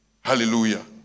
Hallelujah